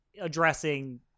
addressing